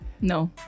No